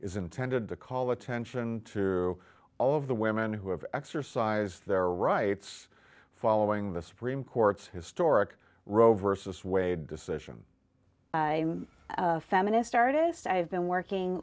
is intended to call attention to all of the women who have exercised their rights following the supreme court's historic roe versus wade decision by feminist artist i've been working